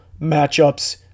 matchups